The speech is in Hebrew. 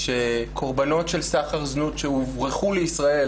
שקורבנות של סחר זנות שהוברחו לישראל